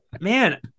man